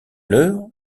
l’heure